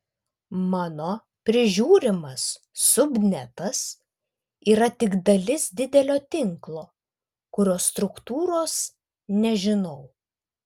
mano prižiūrimas subnetas yra tik dalis didelio tinklo kurio struktūros nežinau